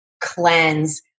cleanse